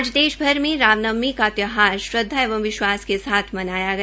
आज देश भर में रामनवमी का त्यौहार श्रद्वा एवं विश्वास के साथ मनाया गया